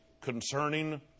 concerning